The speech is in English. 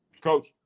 Coach